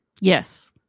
Yes